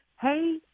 hey